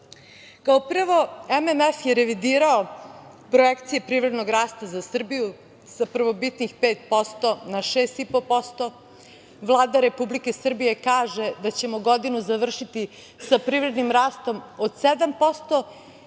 prvo, MMF je revidirao projekcije privrednog rasta za Srbiju sa prvobitnih 5% na 6,5%. Vlada Republike Srbije kaže da ćemo godinu završiti sa privrednim rastom od 7%.